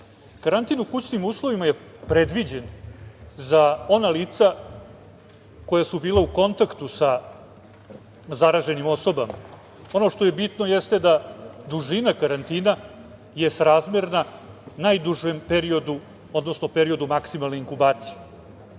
Karantin u kućnim uslovima je predviđen za ona lica koja su bila u kontaktu sa zaraženim osobama. Ono što je bitno jeste da dužina karantina je srazmerna najdužem periodu, odnosno periodu maksimalne inkubacije.